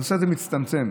הדבר הזה מצטמצם,